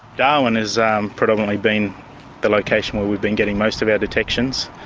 darwin has um predominantly been the location where we've been getting most of our detections.